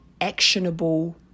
actionable